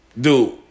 dude